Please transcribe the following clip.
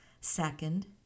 Second